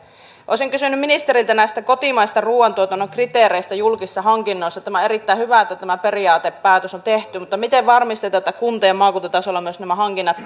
olisin kysynyt ministeriltä näistä kotimaisista ruoantuotannon kriteereistä julkisissa hankinnoissa on erittäin hyvä että tämä periaatepäätös on tehty mutta miten varmistetaan että myös kunta ja maakuntatasolla hankinnat